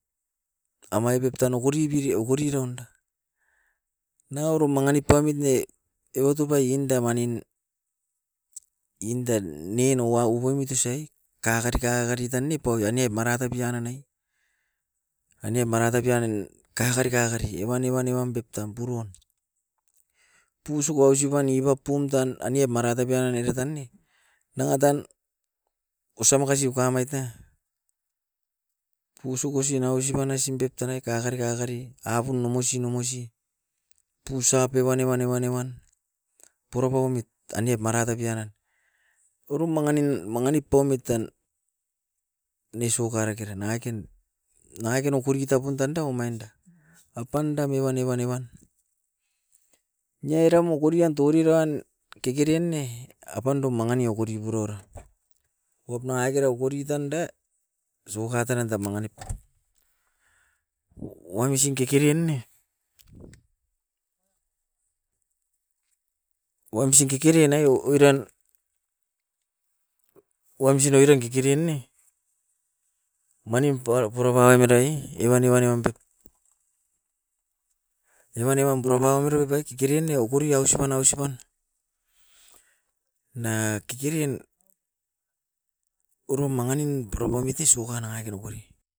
Amai pep tan okori bire okori raunda. Nanga oiro manginip pamit ne eva top ai inda manin indan nen noua ubaimit usai kakari kakari tan ne paui aneip maratai pian nanai, ania marata pianin kakari kakari evan, evan, evan pep tam purun. Pusuk ausipan nibap pum tan aniap marata piano nira tan ne, nanga tan ausa makasi ukamait ta, pusukosi na ausipanai sim pep tanai kakari, kakari apun nomosi nomosi, pusap e wan ne, wan ne, wan purapaumit aniap marata pianan. Urum manganin manginip paumit tan ne soccer rekere nangakain, nangakain okori tapun tanda omain da. A pandam e wan, e wan, e wan, niaoiram okorian toriran kekeren ne, apandum mangani okori puroura. Oit nangakera okori tanda soccer taran ta manginip. Wamsin kekeren ne, wamsin kekeren aio oiran, wamsin oiran kekeren ne manin purai purae mara ii, evan evan nevan pep. Evan eram purapauranoit ai kekeren ne okori ausipan ausipan na kekeren orom manganin purapamit e soccer nangai kere okori.